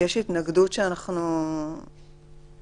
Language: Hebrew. לא לאפשר את זה.